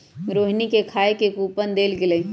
रोहिणी के खाए के कूपन देल गेलई